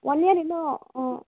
one year இன்னும் ம்